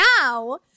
Now